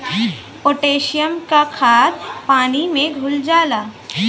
potassium क खाद पानी में घुल जाला